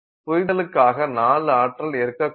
புரிதலுக்காக 4 ஆற்றல் இருக்கக்கூடும்